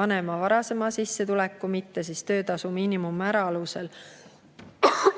vanema varasema sissetuleku, mitte töötasu miinimummäära alusel.